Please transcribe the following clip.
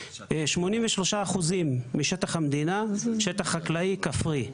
83% משטח המדינה הוא שטח חקלאי-כפרי.